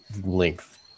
length